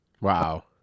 Wow